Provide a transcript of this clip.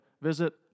visit